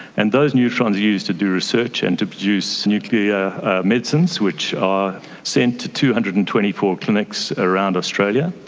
and those neutrons are used to do research and to produce nuclear medicines which are sent to two hundred and twenty four clinics around australia.